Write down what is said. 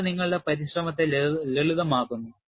അത് നിങ്ങളുടെ പരിശ്രമത്തെ ലളിതമാക്കുന്നു